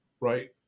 right